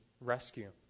rescue